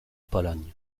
pologne